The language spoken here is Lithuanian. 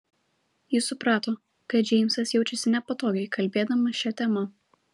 ji suprato kad džeimsas jaučiasi nepatogiai kalbėdamas šia tema